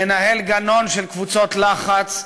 מנהל גנון של קבוצות לחץ,